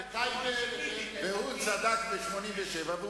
שאין הבדל בין תושבי ואזרחי ישראל בטייבה,